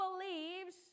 believes